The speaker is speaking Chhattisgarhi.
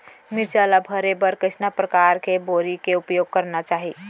मिरचा ला भरे बर कइसना परकार के बोरी के उपयोग करना चाही?